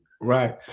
Right